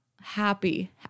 happy